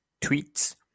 tweets